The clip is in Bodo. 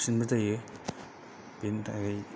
साबसिनबो जायो बेनि थाखाय